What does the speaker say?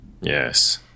Yes